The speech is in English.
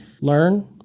learn